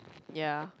ya